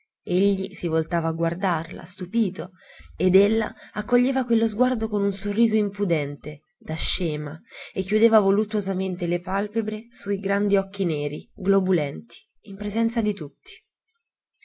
egli si voltava a guardarla stupito ed ella accoglieva quello sguardo con un sorriso impudente da scema e chiudeva voluttuosamente le palpebre su i grandi occhi neri globulenti in presenza di tutti